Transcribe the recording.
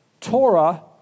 Torah